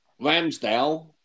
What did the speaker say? Ramsdale